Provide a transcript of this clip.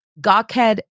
Gawkhead